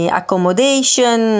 accommodation